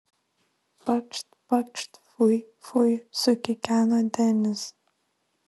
pakšt pakšt fui fui sukikeno denis